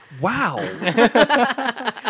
Wow